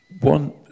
one